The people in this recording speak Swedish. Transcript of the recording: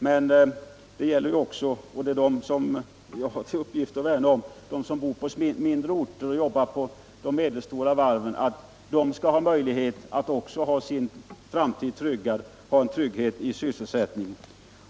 Men det gäller naturligtvis att trygga framtiden och jobben även för dem som på mindre orter jobbar på de medelstora varven — och det är dessa människor jag har att värna om.